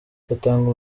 udatanga